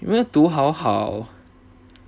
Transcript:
有没有读好好